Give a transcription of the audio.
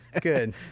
Good